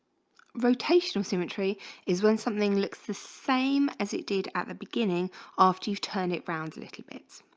rotational symmetry is when something looks the same as it did at the beginning after you turn it round little bit